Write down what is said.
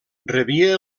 rebia